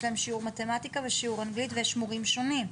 יש להם שיעור מתמטיקה ושיעור אנגלית וישעורים שונים .